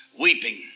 weeping